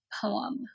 poem